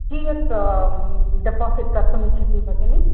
कियत् डेपाज़िट् कर्तुम् इच्छति भगिनी